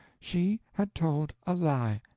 she had told a lie.